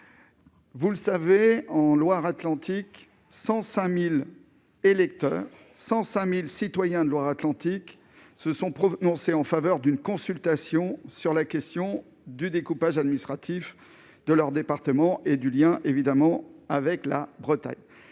Vous le savez, en Loire-Atlantique, 105 000 électeurs, citoyens de ce département, se sont prononcés en faveur d'une consultation sur la question du découpage administratif de leur département et de son lien avec la Bretagne.